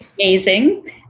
amazing